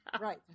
Right